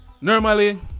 normally